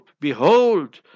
behold